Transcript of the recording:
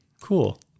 Cool